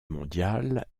mondial